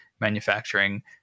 manufacturing